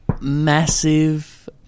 Massive